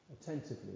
attentively